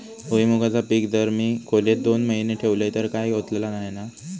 भुईमूगाचा पीक जर मी खोलेत दोन महिने ठेवलंय तर काय होतला नाय ना?